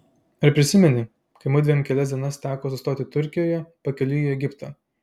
ar prisimeni kai mudviem kelias dienas teko sustoti turkijoje pakeliui į egiptą